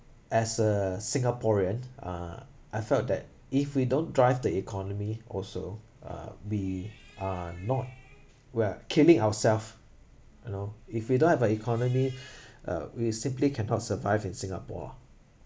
as a singaporean uh I felt that if we don't drive the economy also uh we are not we're killing ourself you know if you don't have an economy uh we simply cannot survive in singapore